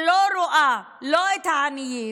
שלא רואה לא את העניים,